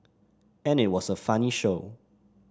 and it was a funny show